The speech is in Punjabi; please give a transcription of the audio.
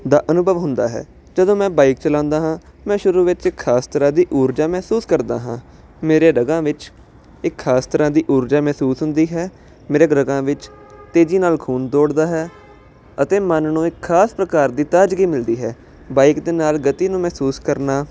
ਦਾ ਅਨੁਭਵ ਹੁੰਦਾ ਹੈ ਜਦੋਂ ਮੈਂ ਬਾਈਕ ਚਲਾਉਂਦਾ ਹਾਂ ਮੈਂ ਸ਼ੁਰੂ ਵਿੱਚ ਖਾਸ ਤਰ੍ਹਾਂ ਦੀ ਊਰਜਾ ਮਹਿਸੂਸ ਕਰਦਾ ਹਾਂ ਮੇਰੇ ਰਗਾਂ ਵਿੱਚ ਇੱਕ ਖਾਸ ਤਰ੍ਹਾਂ ਦੀ ਊਰਜਾ ਮਹਿਸੂਸ ਹੁੰਦੀ ਹੈ ਮੇਰੇ ਰਗਾਂ ਵਿੱਚ ਤੇਜ਼ੀ ਨਾਲ ਖੂਨ ਦੌੜਦਾ ਹੈ ਅਤੇ ਮਨ ਨੂੰ ਇੱਕ ਖਾਸ ਪ੍ਰਕਾਰ ਦੀ ਤਾਜ਼ਗੀ ਮਿਲਦੀ ਹੈ ਬਾਈਕ ਦੇ ਨਾਲ ਗਤੀ ਨੂੰ ਮਹਿਸੂਸ ਕਰਨਾ